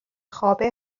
خواب